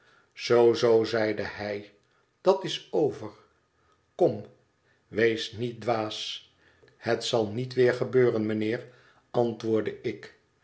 zoo zoo zeide hij dat is over kom wees niet dwaas het zal niet weer gebeuren mijnheer antwoordde ik